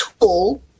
tool